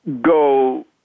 go